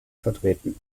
vertreten